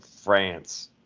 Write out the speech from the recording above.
France